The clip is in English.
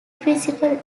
principal